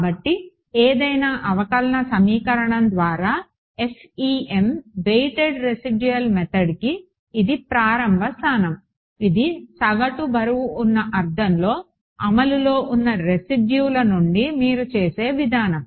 కాబట్టి ఏదైనా అవకలన సమీకరణం ద్వారా FEM వెయిటెడ్ రెసిడ్యుల్ మెథడ్కి ఇది ప్రారంభ స్థానం ఇది సగటు బరువున్న అర్థంలో అమలులో ఉన్న రెసిడ్యుల నుండి మీరు చేసే విధానం